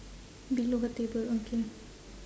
below her table okay